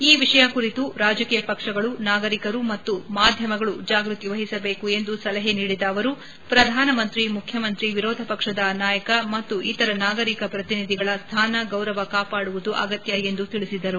ಈ ವಿಷಯ ಕುರಿತು ರಾಜಕೀಯ ಪಕ್ಷಗಳು ನಾಗರಿಕರು ಮತ್ತು ಮಾಧ್ಯಮಗಳು ಜಾಗ್ಚತಿ ವಹಿಸಬೇಕು ಎಂದು ಸಲಹೆ ನೀಡಿದ ಅವರು ಪ್ರಧಾನಮಂತ್ರಿ ಮುಖ್ಣಮಂತ್ರಿ ವಿರೋಧ ಪಕ್ಷದ ನಾಯಕ ಮತ್ತು ಇತರ ನಾಗರಿಕ ಪ್ರತಿನಿಧಿಗಳ ಸ್ಟಾನ ಗೌರವ ಕಾಪಾಡುವುದು ಅಗತ್ಯ ಎಂದು ತಿಳಿಸಿದರು